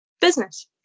business